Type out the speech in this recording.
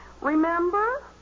Remember